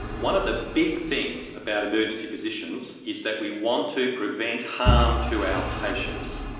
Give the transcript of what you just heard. one of the big things about emergency physicians is that we want to prevent harm to our patients.